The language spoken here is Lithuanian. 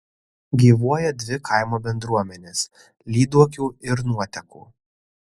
gyvuoja dvi kaimo bendruomenės lyduokių ir nuotekų